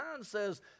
says